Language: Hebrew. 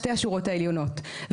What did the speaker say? שתי השורות העליונות,